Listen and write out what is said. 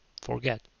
forget